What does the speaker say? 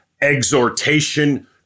exhortation